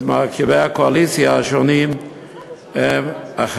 מרכיבי הקואליציה השונים הוא החרדים,